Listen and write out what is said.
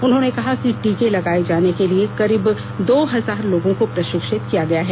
उन्होंने ने कहा कि टीके लगाए जाने के लिए करीब दो हजार लोगों को प्रशिक्षित किया गया है